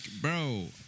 bro